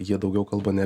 jie daugiau kalba ne